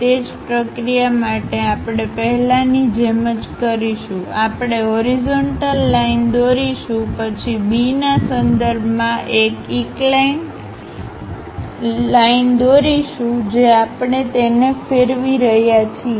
તે જ પ્રક્રિયા માટે આપણે પહેલા ની જેમજ કરીશું આપણે હોરિઝન્ટલ લાઈન દોરીશું પછી B ના સંદર્ભમાં એક ઈન્કલાઈન લાઈન દોરીશું જે આપણે તેને ફેરવી રહ્યા છીએ